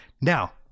Now